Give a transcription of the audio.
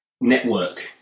network